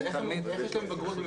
איך יש להם בגרות,